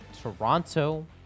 Toronto